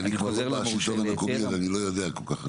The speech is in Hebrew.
כי אני כבר לא בשלטון המקומי אז אני לא יודע כל כך,